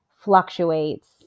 fluctuates